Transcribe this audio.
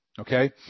Okay